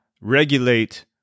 regulate